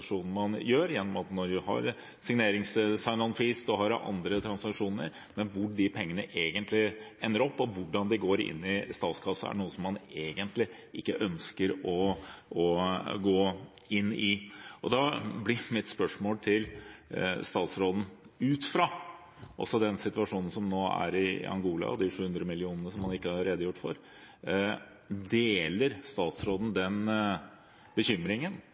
andre transaksjoner. Men hvor de pengene egentlig ender opp, og hvordan de går inn i statskassen, er noe man egentlig ikke ønsker å gå inn i. Og da blir mitt spørsmål til statsråden: Ut fra den situasjonen som nå er i Angola, og de 700 mill. kr man ikke har redegjort for, deler statsråden den bekymringen,